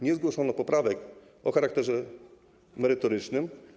Nie zgłoszono poprawek o charakterze merytorycznym.